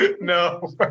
no